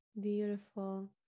beautiful